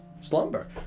slumber